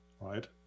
right